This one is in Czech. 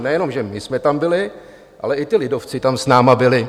Nejenom že my jsme tam byli, ale i ti lidovci tam s námi byli.